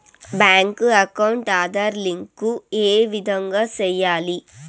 Bank account Aadhaar link ఏ విధంగా సెయ్యాలి?